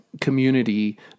community